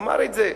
הוא אמר את זה,